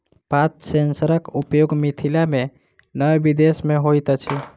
पात सेंसरक उपयोग मिथिला मे नै विदेश मे होइत अछि